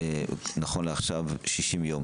נכון לעכשיו, 60 יום.